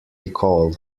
call